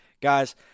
Guys